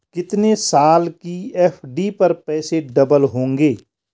कितने साल की एफ.डी पर पैसे डबल होंगे?